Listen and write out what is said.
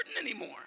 anymore